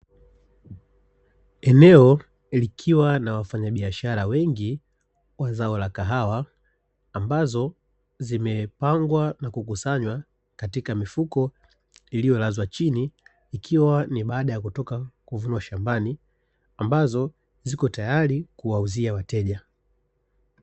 Eneo likiwa na wafanyabiashara wengi wa zao la kahawa, ambazo zimepangwa na kukusanywa katika mifuko iliyolazwa chini ikiwa ni baada ya kutoka kuvunwa shambani. Ambazo ziko tayari kuwauzia wateja.